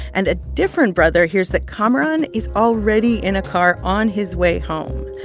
and a different brother hears that kamaran is already in a car on his way home.